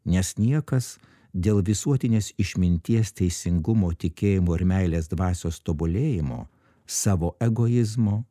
nes niekas dėl visuotinės išminties teisingumo tikėjimo ir meilės dvasios tobulėjimo savo egoizmo